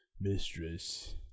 Mistress